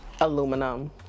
Aluminum